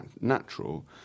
natural